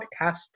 podcast